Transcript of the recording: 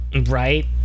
right